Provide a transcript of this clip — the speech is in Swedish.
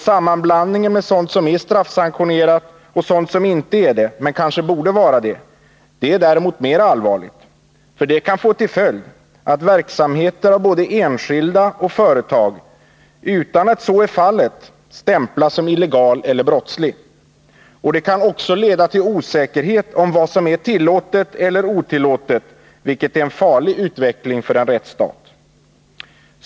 Sammanblandningen med sådant som är straffsanktionerat och sådant som inte är det men som kanske borde vara det är däremot allvarligare, eftersom den kan få till följd att verksamhet av både enskilda och företag stämplas som illegal eller brottslig utan att så är fallet. Det kan också leda till osäkerhet om vad som är tillåtet eller otillåtet, vilket är en farlig utveckling för en rättsstat.